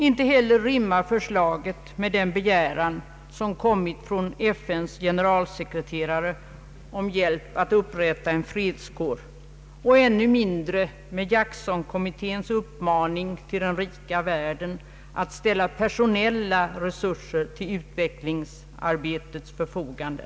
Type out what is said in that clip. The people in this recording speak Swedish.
Inte heller rimmar förslaget med den begäran som kommit från FN:s generalsekreterare om hjälp att upprätta en fredskår och ännu mindre med Jacksonkommitténs uppmaning till den rika världen att ställa personella resurser till — utvecklingsarbetets = förfogande.